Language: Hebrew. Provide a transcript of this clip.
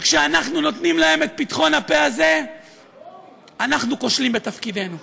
וכשאנחנו נותנים להם את פתחון הפה הזה אנחנו כושלים בתפקידנו.